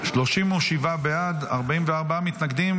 37 בעד, 44 נגד.